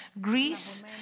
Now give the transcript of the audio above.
Greece